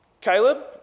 Caleb